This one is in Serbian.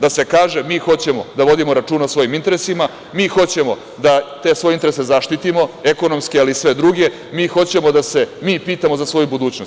Da se kaže – mi hoćemo da vodimo računa o svojim interesima, mi hoćemo da te svoje interese zaštitimo, ekonomske ali i sve druge, mi hoćemo da se mi pitamo za svoju budućnost.